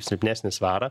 silpnesnį svarą